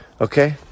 Okay